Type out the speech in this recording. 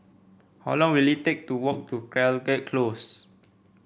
how long will it take to walk to Caldecott Close